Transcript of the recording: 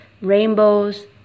Rainbows